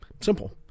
Simple